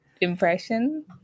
impression